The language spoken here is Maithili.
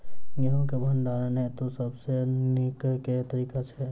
गेंहूँ केँ भण्डारण हेतु सबसँ नीक केँ तरीका छै?